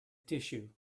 tissue